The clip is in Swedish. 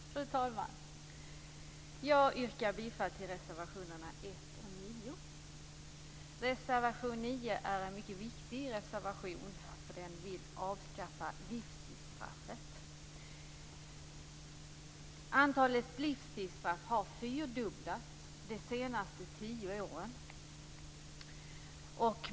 Fru talman! Jag yrkar bifall till reservationerna 1 Reservation 9 är en mycket viktig reservation. Den handlar om avskaffande av livstidsstraffet. Antalet livstidsstraff har fyrdubblats de senaste tio åren.